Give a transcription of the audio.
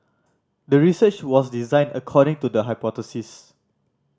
the research was designed according to the hypothesis